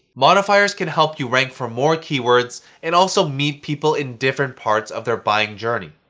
modifiers can help you rank for more keywords and also meet people in different parts of their buying journey.